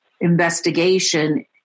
investigation